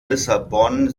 lissabon